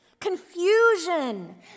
confusion